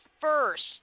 first